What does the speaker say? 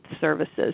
services